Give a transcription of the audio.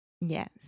Yes